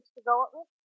development